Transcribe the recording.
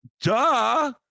Duh